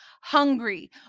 hungry